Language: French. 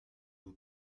vous